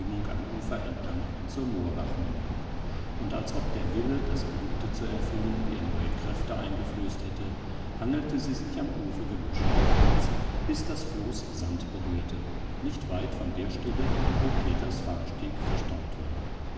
am ufer entlang zur moorbachmündung und als ob der wille das gelübde zu erfüllen ihr neue kräfte eingeflößt hätte hangelte sie sich am ufergebüsch aufwärts bis das floß sand berührte nicht weit von der stelle wo peters fahrsteg verstaut war